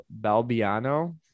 Balbiano